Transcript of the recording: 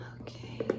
Okay